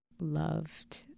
loved